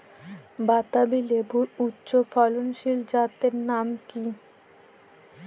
বাতাবি লেবুর উচ্চ ফলনশীল জাতের নাম কি?